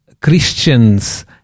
Christians